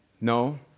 No